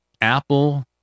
Apple